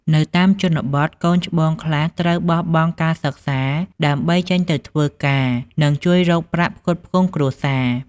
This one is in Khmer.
នៅតាមជនបទ កូនច្បងខ្លះត្រូវបោះបង់ការសិក្សា ដើម្បីចេញទៅធ្វើការ និងជួយរកប្រាក់ផ្គត់ផ្គង់គ្រួសារ។